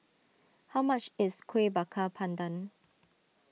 how much is Kueh Bakar Pandan